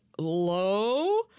low